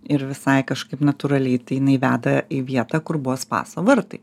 ir visai kažkaip natūraliai tai jinai veda į vietą kur buvo spaso vartai